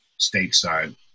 stateside